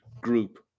group